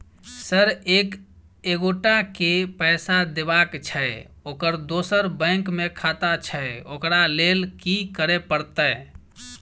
Sir एक एगोटा केँ पैसा देबाक छैय ओकर दोसर बैंक मे खाता छैय ओकरा लैल की करपरतैय?